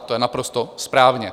To je naprosto správně.